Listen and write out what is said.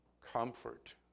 comfort